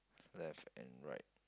left and right